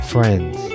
Friends